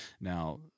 Now